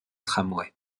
tramway